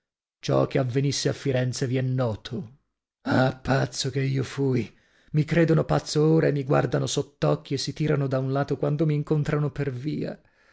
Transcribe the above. ciò che avvenisse a firenze vi è noto ah pazzo che io fui mi credono pazzo ora a mi guardano sott'occhi e si tirano da un lato quando m'incontrano per via